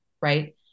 right